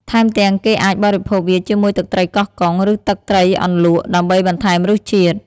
ថែមទាំងគេអាចបរិភោគវាជាមួយទឹកត្រីកោះកុង ឬទឹកត្រីអន្លក់ ដើម្បីបន្ថែមរសជាតិ។